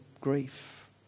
grief